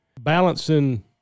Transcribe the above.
Balancing